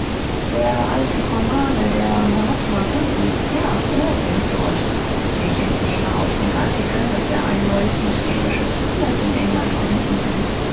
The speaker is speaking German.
der alte brahmane der mahatma guru ja er wohnt dort ich entnehme aus den artikeln daß er ein neues mystisches busineß in england gründen will